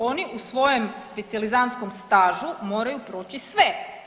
Oni u svojem specijalizantskom stažu moraju proći sve.